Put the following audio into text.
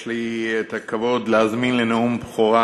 יש לי הכבוד להזמין לנאום בכורה